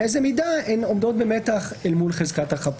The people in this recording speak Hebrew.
באיזו מידה הן עומדות במתח אל מול חזקת החפות.